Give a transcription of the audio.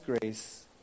grace